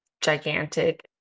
gigantic